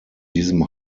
diesem